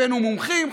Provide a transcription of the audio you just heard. הבאנו מומחים,